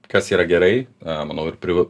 kas yra gerai manau ir priva